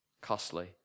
costly